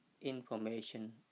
information